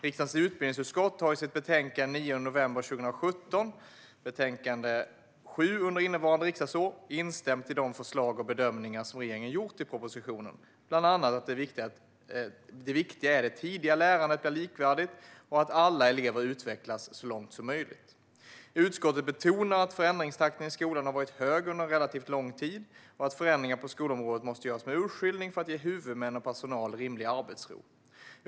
Riksdagens utbildningsutskott har i sitt betänkande den 9 november 2017 instämt i de förslag och bedömningar som regeringen har gjort i propositionen, bland annat att det viktiga är att det tidigare lärandet blir likvärdigt och att alla elever utvecklas så långt som möjligt. Utskottet betonar att förändringstakten i skolan har varit hög under en relativt lång tid och att förändringar på skolområdet måste göras med urskiljning för att ge huvudmän och personal rimlig arbetsro.